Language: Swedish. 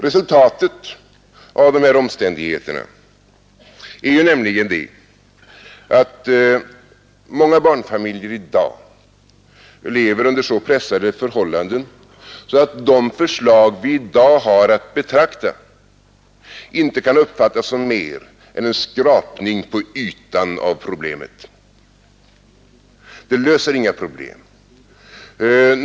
Resultatet av dessa omständigheter är nämligen att barnfamiljer i dag lever under så pressade förhållanden att de förslag vi i dag har att betrakta inte kan uppfattas som mer än en skrapning på ytan av problemet. De löser inga problem.